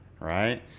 right